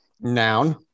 Noun